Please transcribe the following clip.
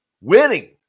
Winning